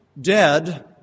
dead